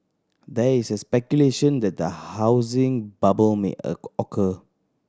there is speculation that a housing bubble may occur